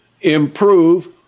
improve